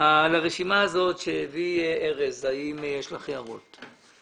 לרשימה הזאת שהביא ארז, האם יש לך הערות?